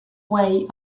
way